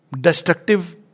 destructive